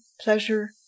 pleasure